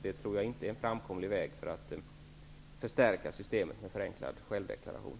Det tror jag inte är en framkomlig väg för att förstärka systemet med förenklad självdeklaration.